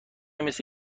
مثل